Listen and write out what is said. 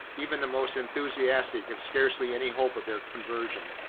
even the most enthusiastic have scarcely any hope of their conversion.